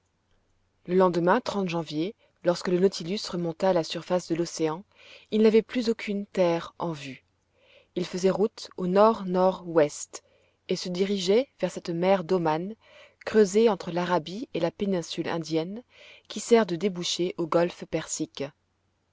le lendemain janvier lorsque le nautilus remonta à la surface de l'océan il n'avait plus aucune terre en vue il faisait route au nord-nord-ouest et se dirigeait vers cette mer d'oman creusée entre l'arabie et la péninsule indienne qui sert de débouché au golfe persique